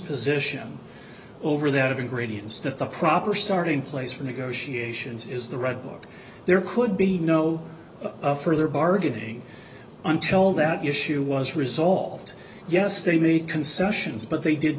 that the proper starting place for negotiations is the redbook there could be no further bargaining until that issue was resolved yes they make concessions but they did